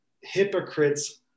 hypocrites